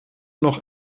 noch